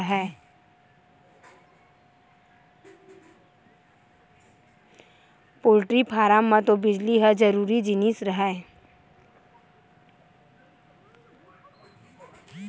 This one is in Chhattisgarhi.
पोल्टी फारम म तो बिजली ह जरूरी जिनिस हरय